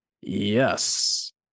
yes